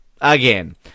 Again